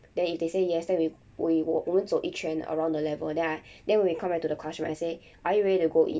then if they say yes then we then we we will 我们走一圈 around the level then I then we come back to the classroom I say are you ready to go in